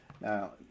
Now